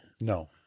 No